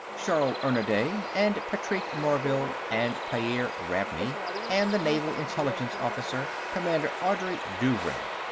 sharll ernanday, and patrique morvill and pyairr ravney and the naval intelligence officer, commander andrey douvrin.